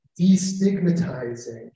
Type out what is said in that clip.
destigmatizing